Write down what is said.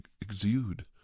exude